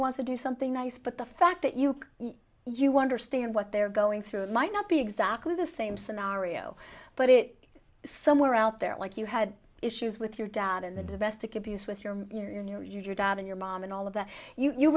wants to do something nice but the fact that you know you wonder stand what they're going through it might not be exactly the same scenario but it somewhere out there like you had issues with your dad in the domestic abuse with your you know your job and your mom and all of that you